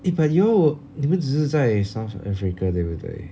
eh but you all wil 你们只是在 south africa 对不对